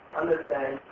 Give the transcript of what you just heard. understand